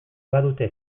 badute